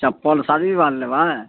चप्पल शादी बिबाह लऽ लेबै